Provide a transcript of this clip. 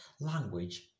language